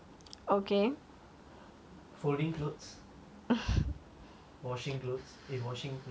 folding clothes washing clothes eh washing clothes is not